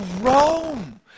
Rome